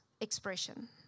expression